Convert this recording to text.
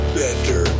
better